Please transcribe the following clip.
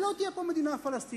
ולא תהיה פה מדינה פלסטינית.